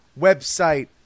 website